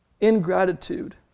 ingratitude